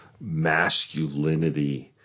masculinity